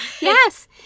Yes